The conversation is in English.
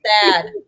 sad